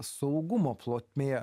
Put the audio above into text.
saugumo plotmėje